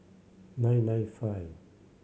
nine nine five